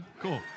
Cool